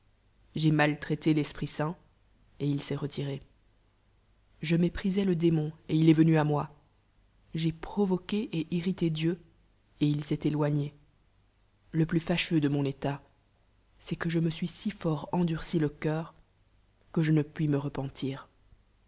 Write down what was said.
j'ai maltraité l'esprit saidt et il s'est retiré je céprisais le démon et ilest venu à rtto i j'ai provoqué et irrité dieu et il s'est éloigné le plus fâcheux de mon état c'est qne je inflsuis si fort eudul'c i le cœur que je ne puis æc repentir